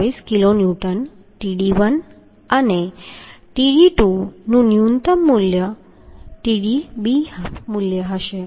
24 kilonewton Tdb1 અને Tdb2 નું ન્યૂનતમ Tdb મૂલ્ય હશે